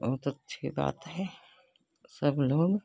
बहुत अच्छी बात है सब लोग